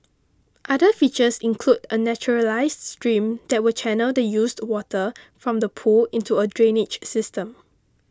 other features include a naturalised stream that will channel the used water from the pool into a drainage system